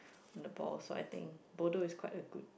the ball so I think bodoh is quite a good